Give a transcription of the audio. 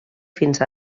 fins